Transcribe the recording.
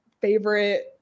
favorite –